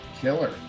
killer